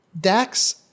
Dax